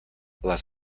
les